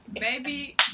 Baby